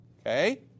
okay